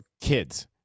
kids